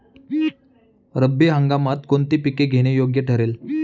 रब्बी हंगामात कोणती पिके घेणे योग्य ठरेल?